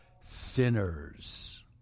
sinners